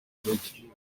cye